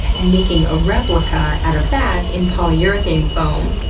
and making a replica out of that in polyurethane foam,